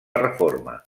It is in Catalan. reforma